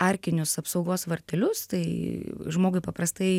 arkinius apsaugos vartelius tai žmogui paprastai